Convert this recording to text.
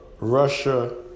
Russia